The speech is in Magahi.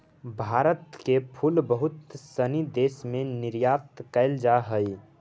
भारत के फूल बहुत सनी देश में निर्यात कैल जा हइ